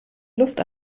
luft